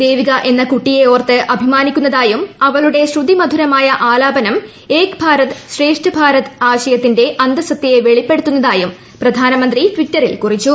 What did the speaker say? ദേവിക എന്ന കുട്ടിയെ ഓർത്ത് അഭിമാനിക്കുന്നതായും അവളുടെ ശ്രുതി മധുരമായ ആലാപനം ഏക് ഭാരത് ശ്രേഷ്ഠ ഭാരത് ആശയത്തിന്റെ അന്തസത്തയെ വെളിപ്പെടുത്തുന്നുവെന്നും പ്രധാനമന്ത്രി ട്വിറ്ററിൽ കുറിച്ചു